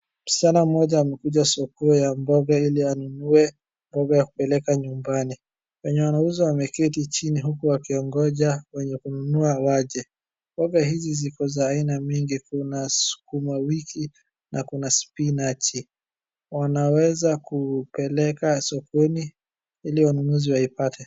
Msichana mmoja amekuja soko ya mboga ili anunue mboga ya kupeleka nyumbani. Wenye wanauza wameketi chini huku wakiwangoja wenye kununua waje. Mboga hizi ziko za aina mingi. Kuna sukuma wiki na kuna spinachi. Wanaweza kupeleka sokoni ili wanunuzi waipate.